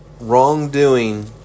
wrongdoing